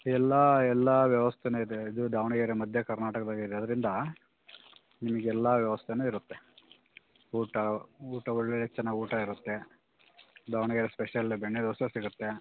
ಎಲ್ಲ ಎಲ್ಲ ವ್ಯವಸ್ಥೆಯೂ ಇದೆ ಇದು ದಾವಣಗೆರೆ ಮಧ್ಯ ಕರ್ನಾಟಕದಾಗಿದೆ ಅದರಿಂದ ನಿಮಗೆಲ್ಲ ವ್ಯವಸ್ಥೆಯೂ ಇರುತ್ತೆ ಊಟ ಊಟ ಒಳ್ಳೊಳ್ಳೆಯ ಚೆನ್ನಾಗಿ ಊಟ ಇರುತ್ತೆ ದಾವಣಗೆರೆ ಸ್ಪೆಷಲ್ ಬೆಣ್ಣೆ ದೋಸೆ ಸಿಗುತ್ತೆ